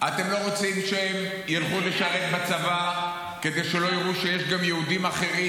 אתם לא רוצים שהם ילכו לשרת בצבא כדי שלא יראו שיש גם יהודים אחרים,